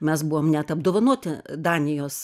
mes buvom net apdovanoti danijos